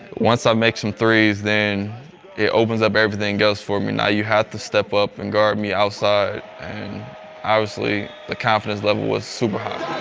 once i make some threes, then it opens up everything else for me. now you have to step up and guard me outside, and obviously the confidence level was super